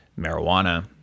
marijuana